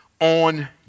on